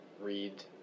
read